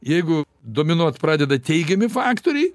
jeigu dominuot pradeda teigiami faktoriai